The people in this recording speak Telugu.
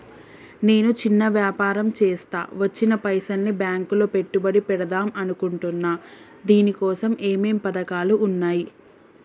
నేను చిన్న వ్యాపారం చేస్తా వచ్చిన పైసల్ని బ్యాంకులో పెట్టుబడి పెడదాం అనుకుంటున్నా దీనికోసం ఏమేం పథకాలు ఉన్నాయ్?